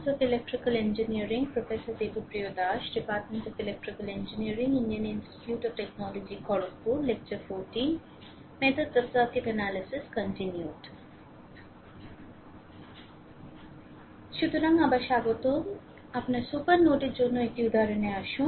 সুতরাং আবার স্বাগতম সুতরাং আপনার সুপার নোডের অন্য একটি উদাহরণে আসুন